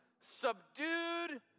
subdued